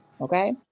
Okay